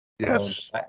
Yes